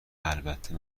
البته